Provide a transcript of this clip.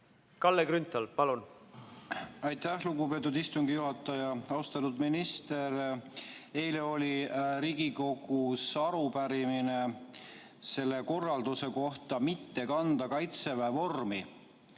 Kalle Grünthal, palun! Aitäh, lugupeetud istungi juhataja! Austatud minister! Eile oli Riigikogus arupärimine korralduse kohta mitte kanda kaitseväe vormi.